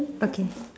okay